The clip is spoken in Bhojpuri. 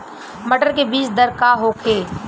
मटर के बीज दर का होखे?